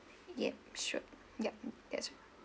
yup sure yup that's